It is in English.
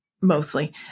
mostly